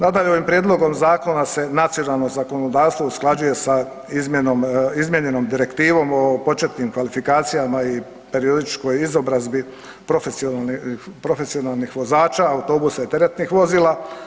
Nadalje, ovim prijedlogom zakona se nacionalno zakonodavstvo usklađuje sa izmijenjenom Direktivom o početnim kvalifikacijama i periodičkoj izobrazbi profesionalnih vozača autobusa i teretnih vozila.